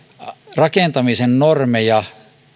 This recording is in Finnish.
rakentamisen normeja